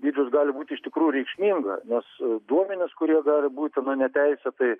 dydžius gali būti iš tikrųjų reikšminga nes duomenys kurie gali būti neteisėtai